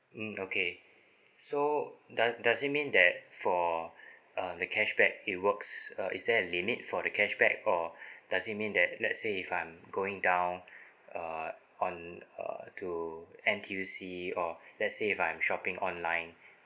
mm okay so does does it mean that for uh the cashback it works uh is there a limit for the cashback or does it mean that let's say if I'm going down uh on uh to N_T_U_C or let's say if I'm shopping online